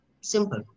simple